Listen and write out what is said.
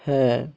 হ্যাঁ